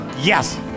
Yes